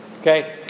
okay